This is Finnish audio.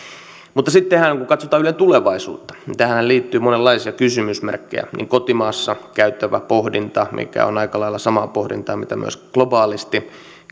sitten kun katsotaan ylen tulevaisuutta niin tähän liittyy monenlaisia kysymysmerkkejä kotimaassa käytävä pohdinta on aika lailla samaa pohdintaa mitä myös globaalisti